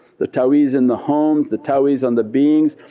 the taweez in the homes the taweez on the beings.